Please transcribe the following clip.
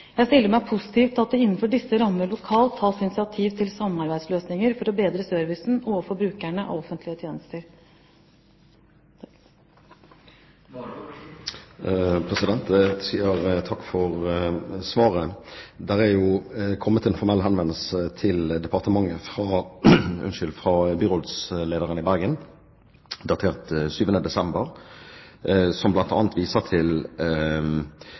Jeg stiller meg positiv til at det innenfor disse rammer lokalt tas initiativ til samarbeidsløsninger for å bedre servicen overfor brukerne av offentlige tjenester. Jeg sier takk for svaret. Det er kommet en formell henvendelse til departementet fra byrådslederen i Bergen, datert 7. desember, som bl.a. viser til